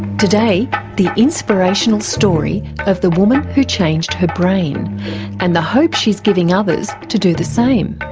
today the inspirational story of the woman who changed her brain and the hope she's giving others to do the same.